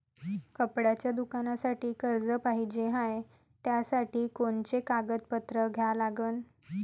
कपड्याच्या दुकानासाठी कर्ज पाहिजे हाय, त्यासाठी कोनचे कागदपत्र द्या लागन?